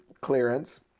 clearance